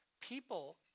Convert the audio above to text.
People